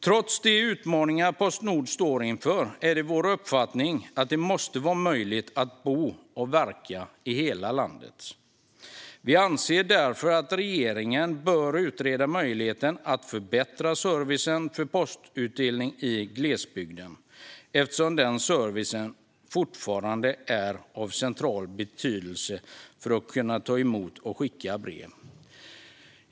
Trots de utmaningar Postnord står inför är vår uppfattning att det måste vara möjligt att bo och verka i hela landet. Vi anser därför att regeringen bör utreda möjligheten att förbättra servicen för postutdelning i glesbygden eftersom denna service fortfarande är av central betydelse för att kunna ta emot och skicka brev.